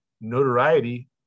notoriety